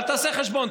אבל תעשה חשבון,